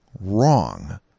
wrong